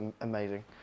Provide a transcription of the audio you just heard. amazing